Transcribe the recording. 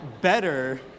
better